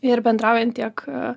ir bendraujant tiek